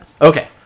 Okay